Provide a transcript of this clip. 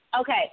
Okay